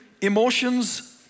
emotions